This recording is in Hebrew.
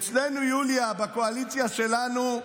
אצלנו, יוליה, בקואליציה שלנו,